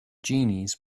genies